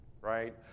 right